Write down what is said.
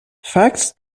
facts